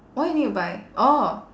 why you need to buy orh